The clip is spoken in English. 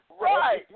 Right